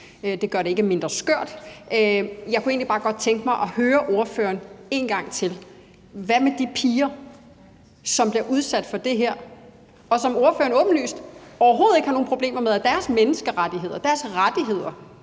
Det gør det ikke mindre skørt. Jeg kunne egentlig bare godt tænke mig at høre ordføreren en gang til: Hvad med de piger, som bliver udsat for det her, og hvor ordføreren åbenlyst overhovedet ikke har nogen problemer med, at deres menneskerettigheder og deres rettigheder